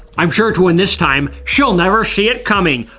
i'm sure to win this time. she'll never see it coming.